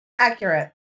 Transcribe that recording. Accurate